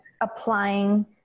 applying